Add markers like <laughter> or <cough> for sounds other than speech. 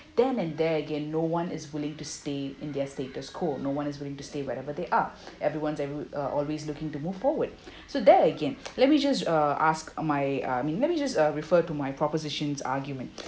then and there again no one is willing to stay in their status quo no one is going to stay wherever they are <breath> <noise> everyone's eve~ uh always <noise> looking to move forward so there again let me just uh ask my uh me~ let me just uh refer to my propositions argument